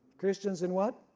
christians in what?